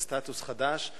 זה סטטוס חדש,